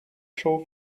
show